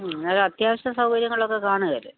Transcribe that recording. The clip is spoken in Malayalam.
അത് അത്യാവശ്യ സൗകര്യങ്ങളൊക്കെ കാണുകേലെ